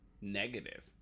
negative